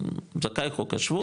זכאי חוק השבות,